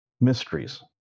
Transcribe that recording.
mysteries